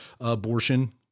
abortion